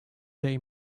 they